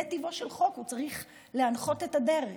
זה טבעו של חוק, הוא צריך להנחות את הדרך.